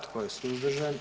Tko je suzdržan?